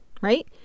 right